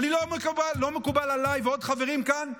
לא מקובל עליי ועל עוד חברים כאן,